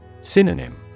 Synonym